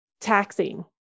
Taxing